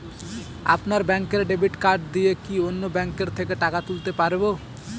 আপনার ব্যাংকের debit card দিয়ে কি অন্য ব্যাংকের থেকে টাকা তুলতে পারবো?